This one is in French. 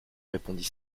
répondit